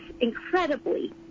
incredibly